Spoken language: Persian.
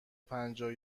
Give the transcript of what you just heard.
پنجاه